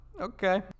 Okay